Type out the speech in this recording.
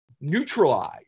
neutralize